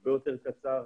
הרבה יותר קצר.